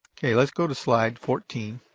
okay. let's go to slide fourteen.